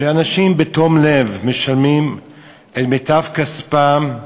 שאנשים בתום לב משלמים את מיטב כספם,